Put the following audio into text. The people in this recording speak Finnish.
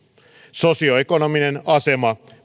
sosioekonominen asema